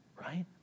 right